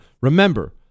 Remember